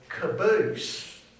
caboose